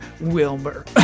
Wilmer